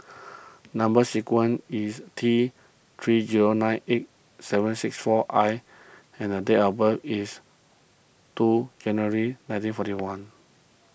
Number Sequence is T three zero nine eight seven six four I and the date of birth is two January nineteen forty one